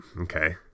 Okay